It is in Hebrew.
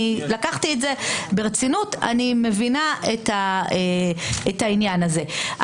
לקחתי את זה ברצינות, ואני מבינה את העניין הזה.